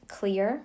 clear